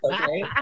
Okay